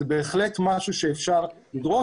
זה בהחלט משהו שאפשר לדרוש,